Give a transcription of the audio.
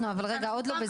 אנחנו אבל רגע עוד לא בזה.